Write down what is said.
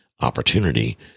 opportunity